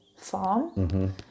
farm